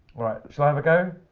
right, shall i have a go?